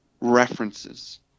references